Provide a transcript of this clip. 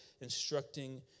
Instructing